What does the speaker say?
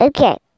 Okay